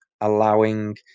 allowing